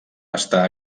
està